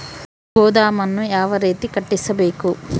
ಗೋದಾಮನ್ನು ಯಾವ ರೇತಿ ಕಟ್ಟಿಸಬೇಕು?